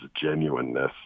genuineness